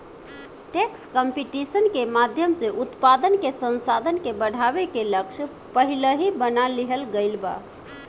tax competition के माध्यम से उत्पादन के संसाधन के बढ़ावे के लक्ष्य पहिलही बना लिहल गइल बा